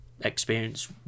experience